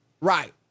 Right